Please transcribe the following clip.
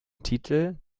titel